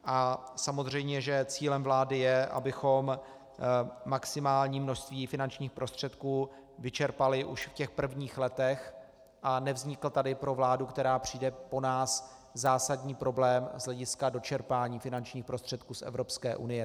A samozřejmě že cílem vlády je, abychom maximální množství finančních prostředků vyčerpali už v těch prvních letech a nevznikl tady pro vládu, která přijde po nás, zásadní problém z hlediska dočerpání finančních prostředků z Evropské unie.